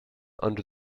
under